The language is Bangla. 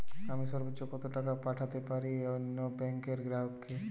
আমি সর্বোচ্চ কতো টাকা পাঠাতে পারি অন্য ব্যাংক র গ্রাহক কে?